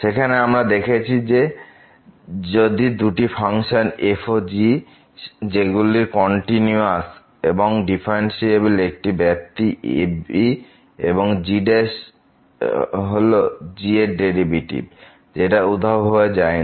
সেখানে আমরা দেখেছি যে যদি দুটি ফাংশন থাকে f ও g যেগুলি কন্টিনিউয়াস এবং ডিফারেন্সিএবেল একটি ব্যাপ্তি ab এবং g হল g এর ডেরিভেটিভ যেটা উধাও হয়ে যায় না